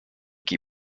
key